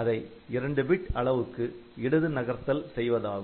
அதை 2 பிட் அளவுக்கு இடது நகர்த்தல் செய்வதாகும்